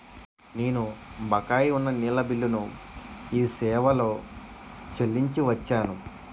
నేను బకాయి ఉన్న నీళ్ళ బిల్లును ఈ సేవాలో చెల్లించి వచ్చాను